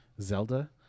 zelda